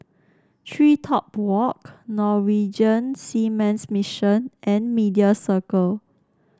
TreeTop Walk Norwegian Seamen's Mission and Media Circle